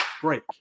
Break